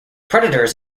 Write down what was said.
predators